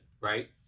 right